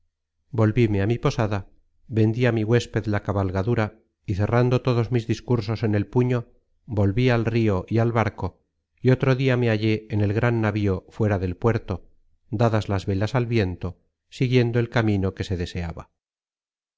volvíme á mi posada vendí á mi huésped la cabalgadura y cerrando todos mis discursos en el puño volví al rio y al barco y otro dia me hallé en el gran navío fuera del puerto dadas las velas al viento siguiendo el camino que se deseaba